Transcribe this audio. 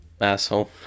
asshole